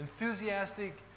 enthusiastic